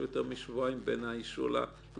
שהוא יותר משבועיים בין האישור לפרסום.